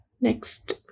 Next